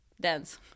dance